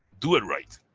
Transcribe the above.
do it right.